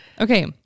Okay